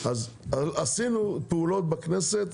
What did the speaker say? עשינו פעולות בכנסת,